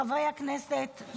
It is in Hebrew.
חברי הכנסת,